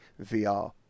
VR